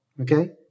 okay